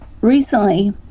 recently